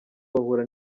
bahura